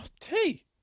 tea